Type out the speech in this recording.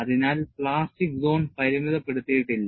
അതിനാൽ plastic zone പരിമിതപ്പെടുത്തിയിട്ടില്ല